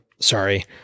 sorry